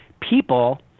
people